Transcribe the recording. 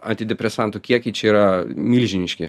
antidepresantų kiekiai čia yra milžiniški